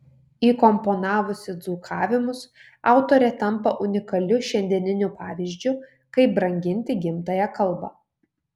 įkomponavusi dzūkavimus autorė tampa unikaliu šiandieniniu pavyzdžiu kaip branginti gimtąją kalbą